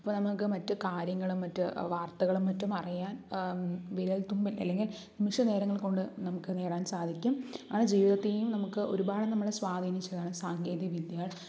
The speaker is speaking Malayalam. അപ്പോൾ നമുക്ക് മറ്റു കാര്യങ്ങളും മറ്റു വാർത്തകളും മറ്റും അറിയാൻ വിരൽത്തുമ്പിൽ അല്ലെങ്കിൽ നിമിഷ നേരങ്ങൾ കൊണ്ട് നമുക്ക് നേടാൻ സാധിക്കും അങ്ങനെ ജീവിതത്തെയും നമുക്ക് ഒരുപാട് നമ്മളെ സ്വാധീനിച്ചതാണ് സാങ്കേതികവിദ്യകൾ